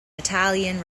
italian